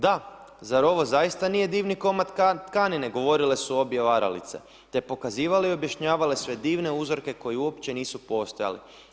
Da, zar ovo zaista nije divni komad tkanine, govorile su obje varalice, te pokazivale i objašnjavale sve divne uzorke koji uopće nisu postojali.